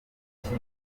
ikipe